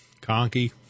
conky